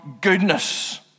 goodness